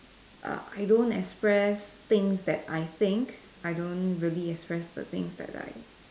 uh I don't express things that I think I don't really express the things that I